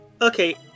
Okay